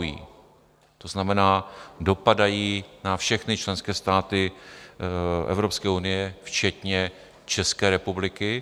To znamená, dopadají na všechny členské státy Evropské unie včetně České republiky.